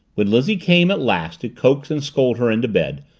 when lizzie came at last to coax and scold her into bed,